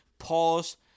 Pause